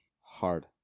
hard